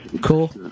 Cool